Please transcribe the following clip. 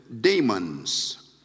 demons